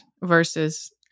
versus